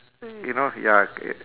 you know ya c~